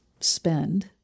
spend